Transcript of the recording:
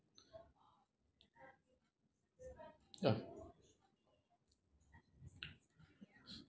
ya